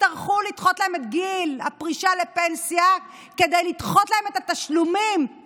יצטרכו לדחות להן את גיל הפרישה לפנסיה כדי לדחות להן את התשלומים